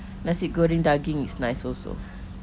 nasi goreng daging is nice also